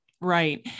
Right